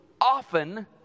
often